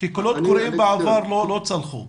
כי קולות קוראים בעבר לא צלחו.